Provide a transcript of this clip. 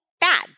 bad